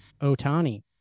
Otani